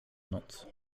noc